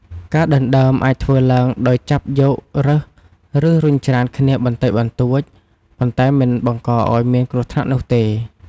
ការដណ្ដើមអាចធ្វើឡើងដោយចាប់យក រើស ឬរុញច្រានគ្នាបន្តិចបន្តួច ប៉ុន្តែមិនបង្កឱ្យមានគ្រោះថ្នាក់នោះទេ។